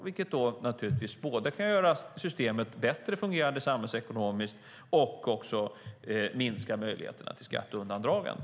Det kan både göra systemet bättre fungerande samhällsekonomiskt och minska möjligheterna till skatteundandragande.